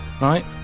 Right